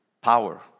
power